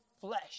flesh